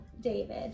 David